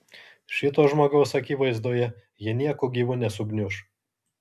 šito žmogaus akivaizdoje ji nieku gyvu nesugniuš